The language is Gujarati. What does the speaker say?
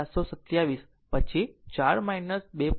727 પછી 4 2